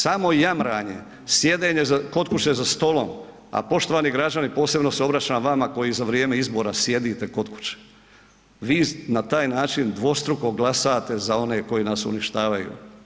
Samo jamranje, sjedenje kod kuće za stolom, a poštovani građani posebno se obraćam vama koji za vrijeme izbora sjedite kod kuće, vi na taj način dvostruko glasate za one koji nas uništavaju.